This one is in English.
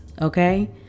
Okay